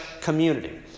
community